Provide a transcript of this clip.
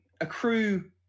accrue